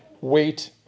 wait